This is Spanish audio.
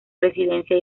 residencia